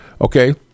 Okay